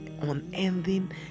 unending